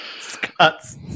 Scott's